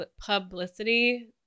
publicity